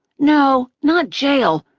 no, not jail.